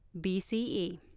BCE